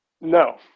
no